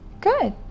Good